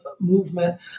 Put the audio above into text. movement